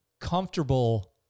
comfortable